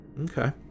Okay